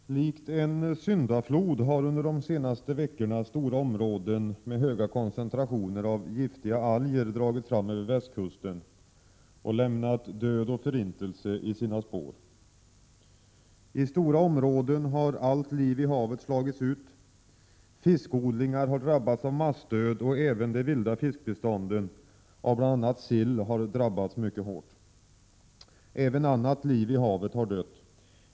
Herr talman! Likt en syndaflod har under de senaste veckorna stora områden med höga koncentrationer av giftiga alger drabbat västkusten och lämnat död och förintelse i sina spår. I stora områden har allt liv i havet slagits ut. Fiskodlingar har drabbats av massdöd och även de vilda fiskbestånden av bl.a. sill har drabbats mycket hårt. Även annat liv i havet har dött.